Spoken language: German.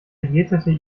jätete